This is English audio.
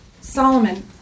Solomon